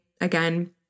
again